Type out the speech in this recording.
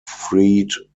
freed